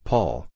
Paul